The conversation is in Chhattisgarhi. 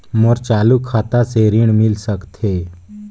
मोर चालू खाता से ऋण मिल सकथे?